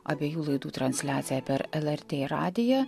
abiejų laidų transliacija per lrt radiją